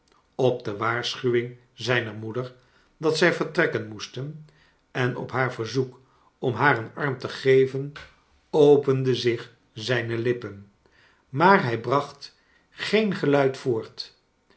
op de waarschnwing zijner moeder dat zij vertrekken moesten en op haar verzoek om haar een arm te geven openden zich zijn lippen maar hij bracht geen geluid voort